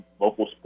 local